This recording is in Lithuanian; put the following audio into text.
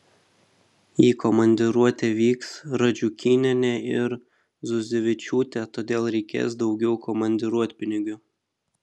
į komandiruotę vyks radžiukynienė ir zuzevičiūtė todėl reikės daugiau komandiruotpinigių